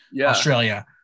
australia